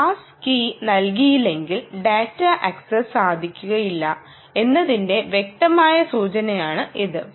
pass key നൽകിയിലെങ്കിൽ data access സാധ്യമാകില്ല എന്നതിന്റെ വ്യക്തമായ സൂചകമാണിത്